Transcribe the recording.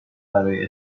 برای